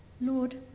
Lord